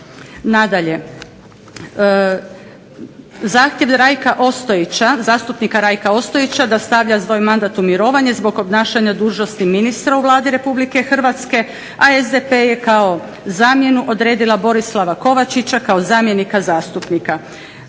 Nadalje, zahtjev zastupnika Rajka Ostojića da stavlja svoj mandat u mirovanje zbog obnašanja dužnosti ministra u Vladi RH. SDP je kao zamjenu odredila Borislava Kovačića kao zamjenika zastupnika.